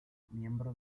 miembro